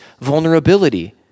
vulnerability